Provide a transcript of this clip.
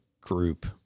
group